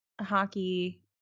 hockey